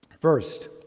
First